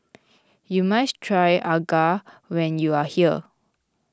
you must try Acar when you are here